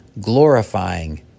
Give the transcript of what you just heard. glorifying